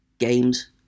games